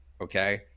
okay